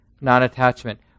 non-attachment